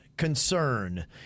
Concern